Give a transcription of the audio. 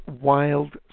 Wild